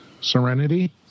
Serenity